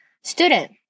student